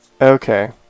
Okay